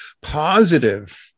positive